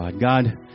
God